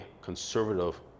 conservative